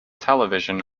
television